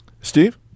Steve